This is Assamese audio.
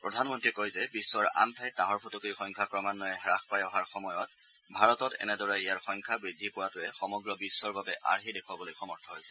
প্ৰধানমন্তীয়ে কয় যে বিশ্বৰ আন ঠাইত নাহৰফুটুকীৰ সংখ্যা ক্ৰমান্বয়ে হাস পাই অহাৰ সময়ত ভাৰতত এনেদৰে ইয়াৰ সংখ্যা বৃদ্ধি পোৱাটোৱে সমগ্ৰ বিশ্বৰ বাবে আৰ্হি দেখুৱাবলৈ সমৰ্থ হৈছে